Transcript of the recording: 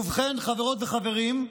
ובכן, חברות וחברים,